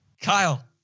Kyle